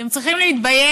אתם צריכים להתבייש,